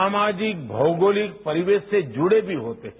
सामाजिक मौगोलिक परिवेश से जुडे भी होते हैं